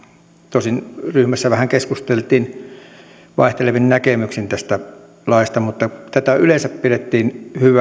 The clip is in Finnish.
tosin ryhmässä vähän keskusteltiin vaihtelevin näkemyksin tästä laista mutta tätä yleensä pidettiin hyvänä